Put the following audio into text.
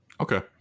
Okay